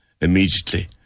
immediately